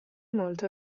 molto